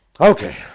Okay